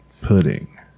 Pudding